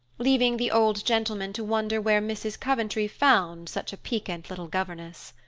leaving the old gentleman to wonder where mrs. coventry found such a piquant little governess.